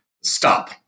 Stop